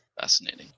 Fascinating